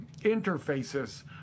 interfaces